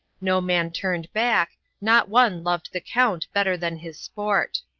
no man turned back not one loved the count better than his sport.